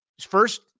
first